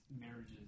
marriages